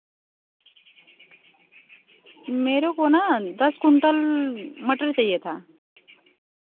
मेरे को न दस कुंटल मटर चाहिए था